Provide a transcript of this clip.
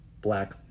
Black